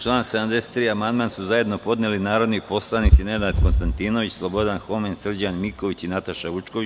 Na član 73. amandman su zajedno podneli narodni poslanici Nenad Konstantinović, Slobodan Homen, Srđan Miković i Nataša Vučković.